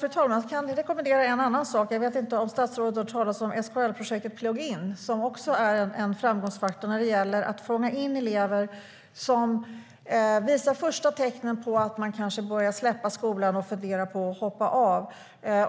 Fru talman! Jag kan rekommendera Aida Hadzialic en annan sak. Jag vet inte om statsrådet har hört talas om SKL-projektet Plug In.Även det är en framgångsfaktor när det gäller att fånga in elever som visar de första tecknen på skoltrötthet. De kanske börjar släppa skolan och funderar på att hoppa av.